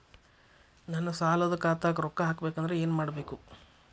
ನನ್ನ ಸಾಲದ ಖಾತಾಕ್ ರೊಕ್ಕ ಹಾಕ್ಬೇಕಂದ್ರೆ ಏನ್ ಮಾಡಬೇಕು?